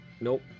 Nope